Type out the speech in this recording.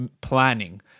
planning